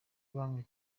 banki